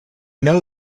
know